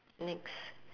next